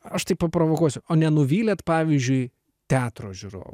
aš tai paprovokuosiu o nenuvylėt pavyzdžiui teatro žiūrov